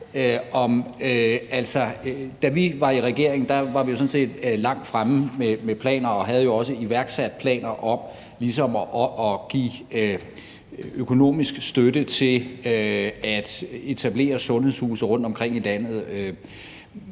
Da vi var i regering, var vi sådan set langt fremme med planer om det og havde også iværksat nogle planer om at give økonomisk støtte til at etablere sundhedshuse rundtomkring i landet.